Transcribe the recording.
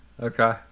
Okay